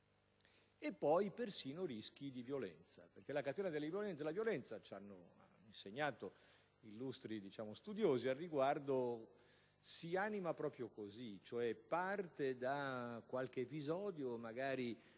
è poi persino il rischio di violenze. La violenza, infatti, ci hanno insegnato illustri studiosi, si anima proprio così, cioè parte da qualche episodio, magari